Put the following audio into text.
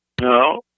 No